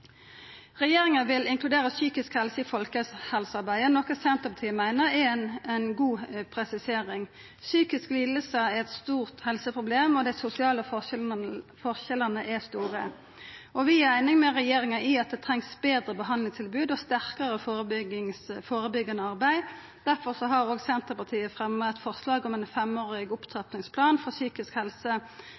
Regjeringa vil inkludera psykisk helse i folkehelsearbeidet, noko Senterpartiet meiner er ei god presisering. Psykiske lidingar er eit stort helseproblem, og dei sosiale forskjellane er store. Vi er einig med regjeringa i at det trengst betre behandlingstilbod og sterkare førebyggjande arbeid. Difor har Senterpartiet fremja eit forslag om ein femårig opptrappingsplan for psykisk